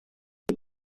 wir